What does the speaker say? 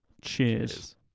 Cheers